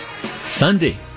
Sunday